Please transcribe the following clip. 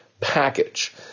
package